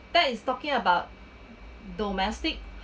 that is talking about domestic